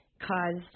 caused